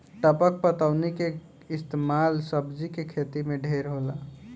टपक पटौनी के इस्तमाल सब्जी के खेती मे ढेर होला